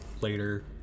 later